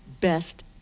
best